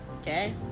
Okay